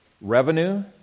revenue